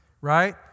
right